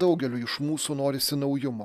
daugeliui iš mūsų norisi naujumo